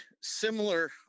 similar